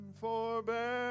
forbear